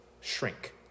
shrink